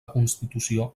constitució